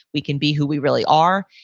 we can be who we really are.